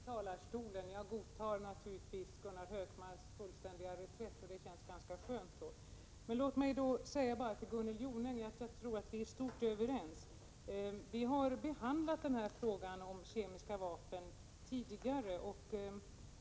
Herr talman! Ibland är det bra att man går upp i talarstolen. Jag godtar naturligtvis Gunnar Hökmarks fullständiga reträtt — det känns ganska skönt. Låt mig till Gunnel Jonäng säga att jag tror att vi i stort sett är överens. Vi har behandlat frågan om kemiska vapen tidigare.